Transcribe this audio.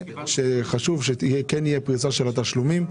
שחשוב שכן תהיה פריסה של התשלומים.